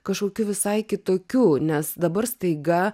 kažkokiu visai kitokiu nes dabar staiga